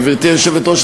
גברתי היושבת-ראש,